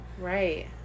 Right